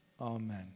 Amen